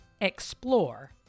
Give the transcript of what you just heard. EXPLORE